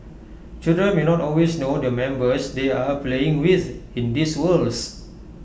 children may not always know the members they are playing with in these worlds